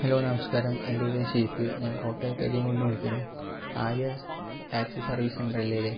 hello നമസ്കാരം എൻ്റെ പേര് ശ്രീജിത്ത് ഞാൻ കോട്ടയത്ത് വിളിക്കുകയാണ് ആര്യാസ് ടാക്സി സർവീസ് സെൻ്റർ അല്ലേ ഇത്